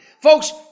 Folks